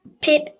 Pip